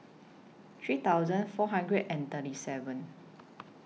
three thousand four hundred and thirty seven